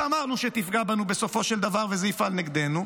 שאמרנו שתפגע בנו בסופו של דבר ושזה יפעל נגדנו.